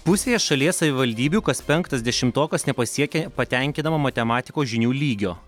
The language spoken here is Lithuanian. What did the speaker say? pusėje šalies savivaldybių kas penktas dešimtokas nepasiekia patenkinamo matematikos žinių lygio